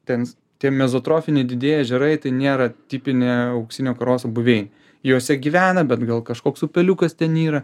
tens tie mezatrofiniai didieji ežerai tai nėra tipinė auksinio karoso buveinė jose gyvena bet gal kažkoks upeliukas ten yra